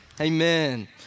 Amen